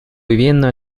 viviendo